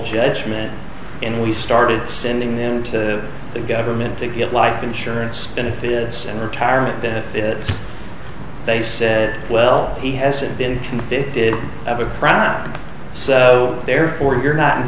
judgment and we started sending them to the government to get life insurance benefits and retirement benefits they said well he hasn't been convicted of a profit so therefore you're not